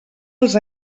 els